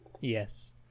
Yes